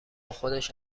خودش